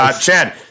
Chad